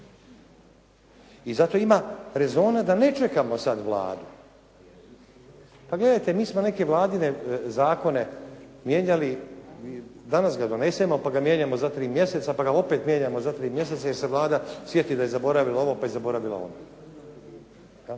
i zato ima rezona da ne čekamo sada Vladu. Pa gledajte, mi smo neke Vladine zakone mijenjali. Danas ga donesemo pa ga mijenjamo za tri mjeseca pa ga opet mijenjamo za tri mjeseca jer se Vlada sjeti da je zaboravila ovo, pa je zaboravila ono. I